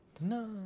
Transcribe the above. No